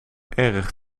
erg